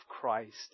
Christ